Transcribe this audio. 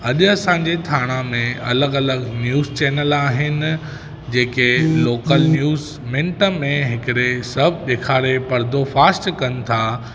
अॼु असांजे थाणा में अलॻि अलॻि न्यूज़ चैनल आहिनि जेके लोकल न्यूज़ मिंट में हिकिड़े सभु ॾेखारे पर्दोफाश कनि था